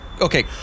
okay